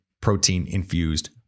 protein-infused